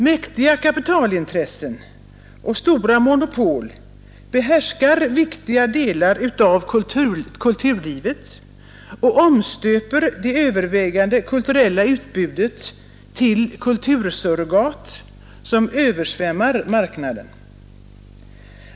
Mäktiga kapitalintressen och stora monopol behärskar viktiga delar av kulturlivet och omstöper det övervägande kulturella utbudet till kultursurrogat, som översvämmar marknaden.